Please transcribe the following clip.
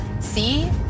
See